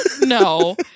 No